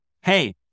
Hey